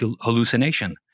hallucination